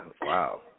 wow